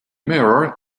mirror